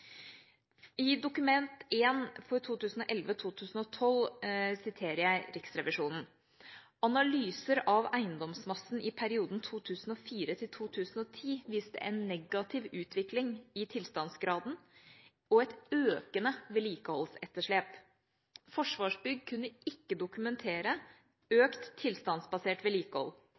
Dokument 1 for 2011–2012 siterer jeg Riksrevisjonen: analyser av eiendomsmassen i perioden 2004–2010 viser en negativ utvikling i tilstanden og et økende vedlikeholdsetterslep.» Forsvarsbygg kunne ikke dokumentere økt tilstandsbasert vedlikehold.